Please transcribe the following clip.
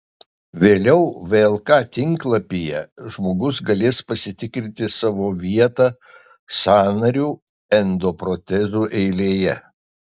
vėliau vlk tinklalapyje žmogus galės pasitikrinti savo vietą sąnarių endoprotezų eilėje